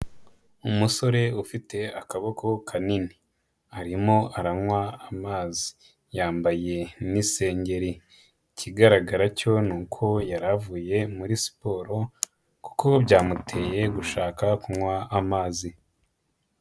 Umusore ufite akaboko kanini, arimo aranywa amazi, yambaye n'isengeri, ikigaragara cyo ni uko yari avuye muri siporo kuko byamuteye gushaka kunywa amazi.